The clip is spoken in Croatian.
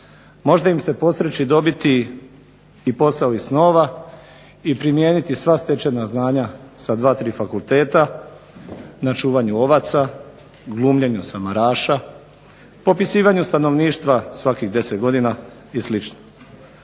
možda im se posreći dobiti i posao iz snova i primijeniti sva stečena znanja sa dva, tri fakulteta na čuvanju ovaca, glumljenju samaraša, popisivanju stanovništva svakih 10 godina i